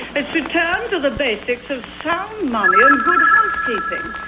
it's returned to the basics of sound money and good housekeeping,